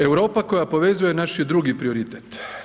Europa koja povezuje, naš je drugi prioritet.